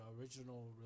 original